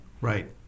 Right